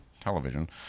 television